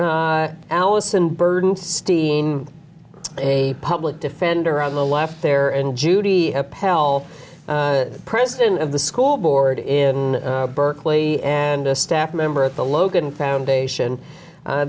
alison burton steen a public defender on the left there and judy pell president of the school board in berkeley and a staff member at the logan foundation